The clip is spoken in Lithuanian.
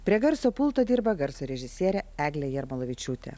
prie garso pulto dirba garso režisierė eglė jarmolavičiūtė